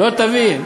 לא תבין.